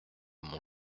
mon